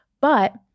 But-